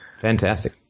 Fantastic